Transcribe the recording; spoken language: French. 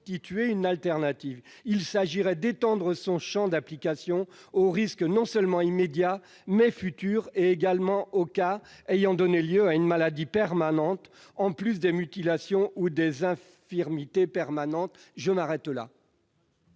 une alternative. On pourrait ainsi étendre son champ d'application aux risques non seulement immédiats, mais futurs, ainsi qu'aux cas ayant donné lieu à une maladie permanente, en plus des mutilations ou des infirmités permanentes. Quel